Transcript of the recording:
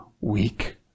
weak